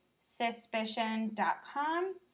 suspicion.com